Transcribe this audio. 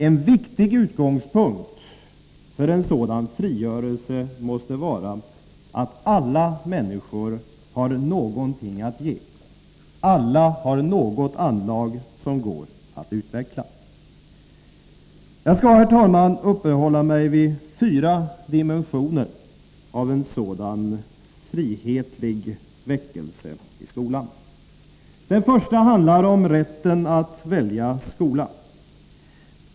En viktig utgångspunkt för en sådan frigörelse måste vara att alla människor har någonting att ge — alla har något anlag som går att utveckla. Jag skall, herr talman, uppehålla mig vid fyra dimensioner i en sådan frihetlig väckelse i skolan. Den första handlar om rätten att välja skola.